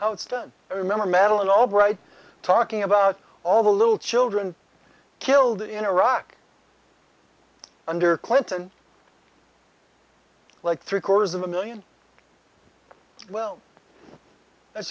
it's done remember madeline albright talking about all the little children killed in iraq under clinton like three quarters of a million well that's